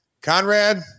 Conrad